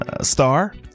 star